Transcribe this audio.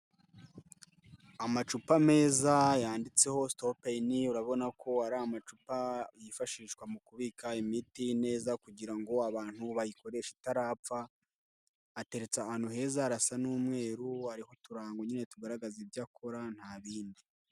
Amacupa meza yanditseho Stopain, urabona ko ari amacupa yifashishwa mu kubika imiti neza kugira ngo abantu bayikoreshe itarapfa, ateretse ahantu heza arasa n'umweru ariho uturango nyine tugaragaza ibyo akora nta bindi.